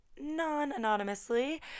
non-anonymously